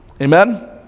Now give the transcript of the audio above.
Amen